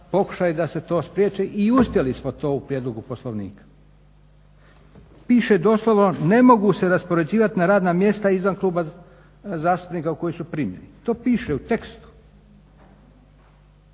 pokušaj da se to spriječi i uspjeli smo to u prijedlogu Poslovnika. Piše doslovno: "Ne mogu se raspoređivati na radna mjesta izvan kluba zastupnika u koji su primljeni." To piše u tekstu,